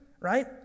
right